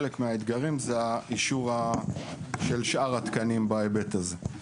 חלק מהאתגרים זה אישור של שאר התקנים בהיבט הזה.